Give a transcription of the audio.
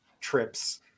trips